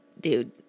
dude